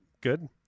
good